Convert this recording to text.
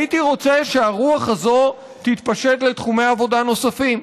הייתי רוצה שהרוח הזאת תתפשט לתחומי עבודה נוספים.